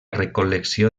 recol·lecció